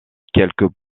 quelques